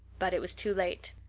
but it was too late.